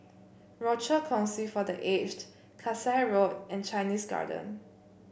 Rochor Kongsi for The Aged Kasai Road and Chinese Garden